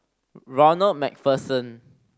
Ronald Macpherson